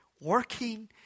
working